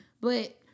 but-